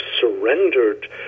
surrendered